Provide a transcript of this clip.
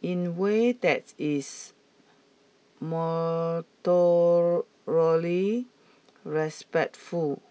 in way that is respectful